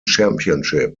championship